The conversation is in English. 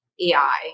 AI